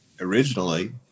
originally